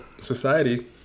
society